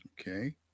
Okay